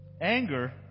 Anger